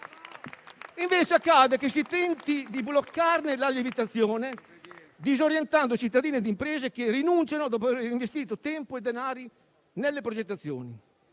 Invece accade che si tenti di bloccarne la lievitazione, disorientando cittadini ed imprese, che rinunciano dopo aver investito tempo e denari nelle progettazioni.